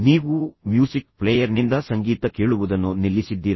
ನೀವು ಮ್ಯೂಸಿಕ್ ಪ್ಲೇಯರ್ನಿಂದ ಸಂಗೀತ ಕೇಳುವುದನ್ನು ನಿಲ್ಲಿಸಿದ್ದೀರಾ